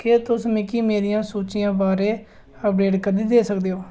केह् तुस मिगी मेरियें सूचियें बारै अपडेट करी देई सकदे ओ